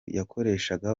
yakoreshaga